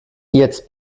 jetzt